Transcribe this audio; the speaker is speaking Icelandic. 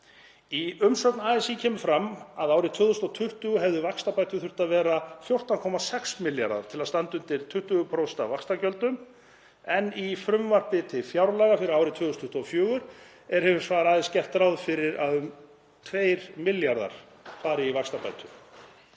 Í umsögn ASÍ kemur fram að árið 2020 hefðu vaxtabætur þurft að vera 14,6 milljarðar til að standa undir 20% af vaxtagjöldum en í frumvarpi til fjárlaga fyrir árið 2024 er hins vegar aðeins gert ráð fyrir að um 2 milljarðar fari í vaxtabætur.